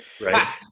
right